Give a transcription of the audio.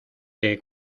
que